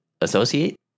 associate